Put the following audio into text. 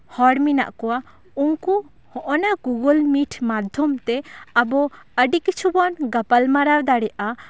ᱦᱚᱲ ᱢᱮᱱᱟᱜ ᱠᱚᱣᱟ ᱩᱱᱠᱩ ᱦᱚᱸᱜᱼᱚᱱᱟ ᱜᱩᱜᱩᱞ ᱢᱤᱴ ᱢᱟᱫᱽᱫᱷᱚᱛᱮ ᱟᱵᱚ ᱟᱹᱰᱤ ᱠᱤᱪᱷᱩ ᱵᱚᱱ ᱜᱟᱯᱟᱞᱢᱟᱨᱟᱣ ᱫᱟᱲᱮᱭᱟᱜᱼᱟ